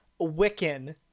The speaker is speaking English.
Wiccan